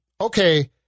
Okay